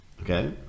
okay